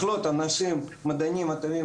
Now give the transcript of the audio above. כשבעצם עקרון חשוב פה היה לסייע למדענים בכירים,